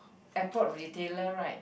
airport retailer right